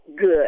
good